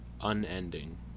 unending